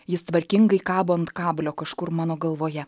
jis tvarkingai kabo ant kablio kažkur mano galvoje